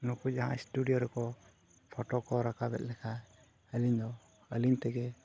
ᱱᱩᱠᱩ ᱡᱟᱦᱟᱸᱭ ᱨᱮᱠᱚ ᱠᱚ ᱨᱟᱠᱟᱵᱮᱫ ᱞᱮᱠᱟ ᱟᱹᱞᱤᱧ ᱫᱚ ᱟᱹᱞᱤᱧ ᱛᱮᱜᱮ